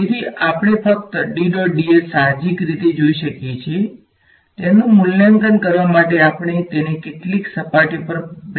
તેથી આપણે ફક્ત સાહજિક રીતે જોઈ શકીએ છીએ તેનું મૂલ્યાંકન કરવા માટે આપણે તેને કેટલી સપાટીઓ પર બ્રેક કરવી જોઈએ